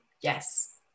yes